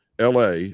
LA